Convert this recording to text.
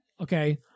Okay